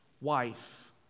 wife